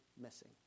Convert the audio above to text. missing